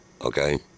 Okay